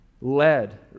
led